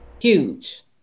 Huge